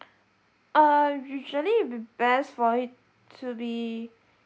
uh usually will be best for it to be